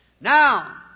Now